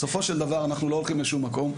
בסופו של דבר אנחנו לא הולכים לשום מקום,